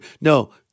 No